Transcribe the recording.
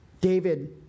David